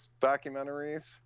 documentaries